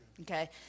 Okay